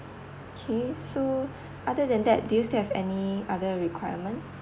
okay so other than that do you still have any other requirement